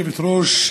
גברתי היושבת-ראש,